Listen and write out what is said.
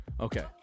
Okay